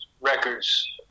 records